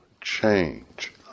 change